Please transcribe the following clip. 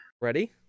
Ready